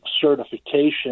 certification